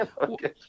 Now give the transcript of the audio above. Okay